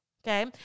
Okay